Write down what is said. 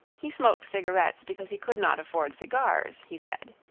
he smoked cigarettes because he could not afford cigars, he said.